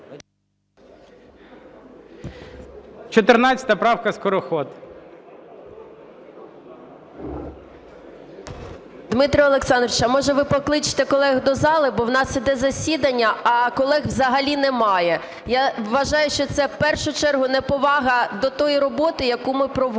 Дмитре Олександровичу, а може, ви покличете колег до зали, бо в нас іде засідання, а колег взагалі немає. Я вважаю, що це в першу чергу неповага до тої роботи, яку ми проводимо.